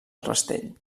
rastell